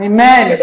Amen